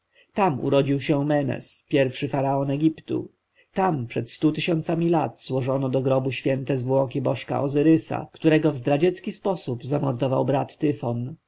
tam urodził się menes pierwszy faraon egiptu tam przed stoma tysiącami lat złożono do grobu święte zwłoki bożka ozyrysa którego w zdradziecki sposób zamordował brat